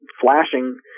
flashing